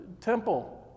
temple